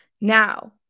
Now